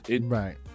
Right